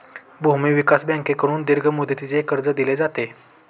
भूविकास बँकेकडून दीर्घ मुदतीचे कर्ज दिले जाते